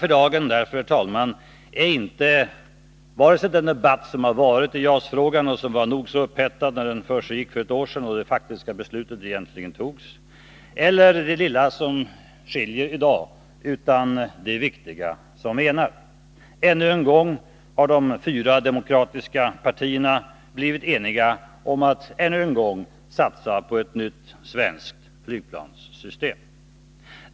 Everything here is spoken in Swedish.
Det viktigaste för dagen är inte vare sig den debatt som förts i JAS-frågan — den var nog så upphettad när den försiggick för ett år sedan, då det faktiska beslutet egentligen fattades — eller det lilla som i dag skiljer. Det viktiga är det som enar. Ännu en gång har de fyra demokratiska partierna blivit eniga om att satsa på ett nytt svenskt flygplanssystem.